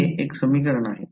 हे एक समीकरण आहे